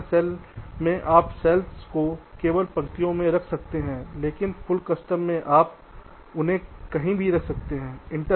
मानक सेल में आप सेल्स को केवल पंक्तियों में रख सकते हैं लेकिन फुल कस्टम से आप उन्हें कहीं भी रख सकते हैं